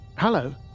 Hello